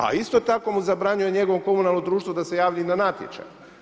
A isto tako mu zabranjuje njegovo komunalno društvo da se javi i na natječaj.